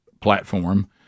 platform